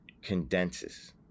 condenses